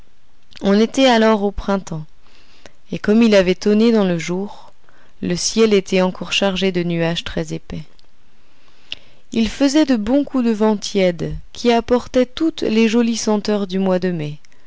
on était alors au printemps et comme il avait tonné dans le jour le ciel était encore chargé de nuages très épais il faisait de bons coups de vent tiède qui apportaient toutes les jolies senteurs du mois de mai